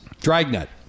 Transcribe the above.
Dragnet